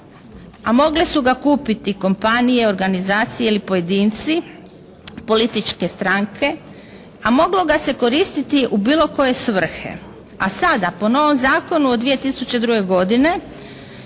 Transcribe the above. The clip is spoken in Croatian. a mogle su ga kupiti kompanije, organizacije ili pojedinci, političke stranke, a moglo ga se koristiti u bilo koje svrhe. A sada po novom zakonu od 2002. godine